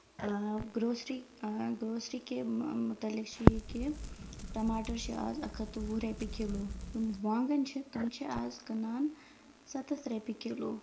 آ grocery grocery کے مُتعلِق چھُ یہِ کہِ ٹماٹر چھُ آز اکھ ہَتھ تہٕ وُہ رۄپیہِ کِلو وانگن چھِ تِم چھِ آز کٕنان سَتتھ رۄپیہِ کِلو